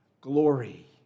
glory